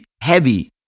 heavy